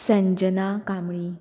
Sanjana Kambli